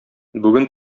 бүген